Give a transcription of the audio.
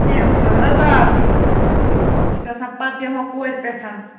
کیٚنٛہہ اَہَن حظ آ تی تی اَہَن حظ یہِ چھِ گژھان پَتہٕ بیٚہوان کورِ پٮ۪ٹھ